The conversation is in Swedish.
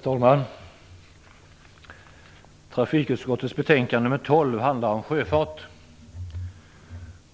Herr talman! Trafikutskottets betänkande nr 12 handlar om sjöfart.